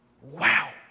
wow